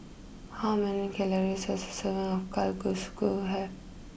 how many calories does a serving of Kalguksu have